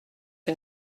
que